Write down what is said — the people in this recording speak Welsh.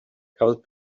cafodd